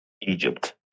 Egypt